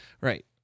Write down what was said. right